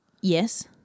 Yes